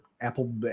Apple